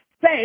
say